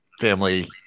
family